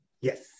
yes